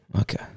Okay